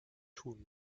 tun